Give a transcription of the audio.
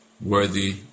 worthy